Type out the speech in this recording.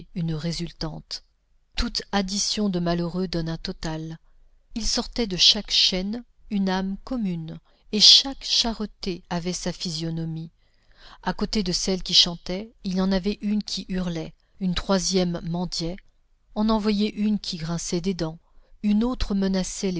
une résultante toute addition de malheureux donne un total il sortait de chaque chaîne une âme commune et chaque charretée avait sa physionomie à côté de celle qui chantait il y en avait une qui hurlait une troisième mendiait on en voyait une qui grinçait des dents une autre